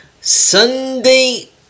Sunday